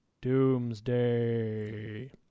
Doomsday